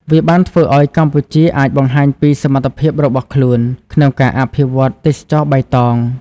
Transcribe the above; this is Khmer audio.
វាបានធ្វើឲ្យកម្ពុជាអាចបង្ហាញពីសមត្ថភាពរបស់ខ្លួនក្នុងការអភិវឌ្ឍទេសចរណ៍បៃតង។